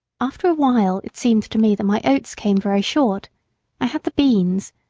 after awhile it seemed to me that my oats came very short i had the beans,